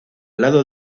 lado